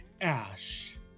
Ash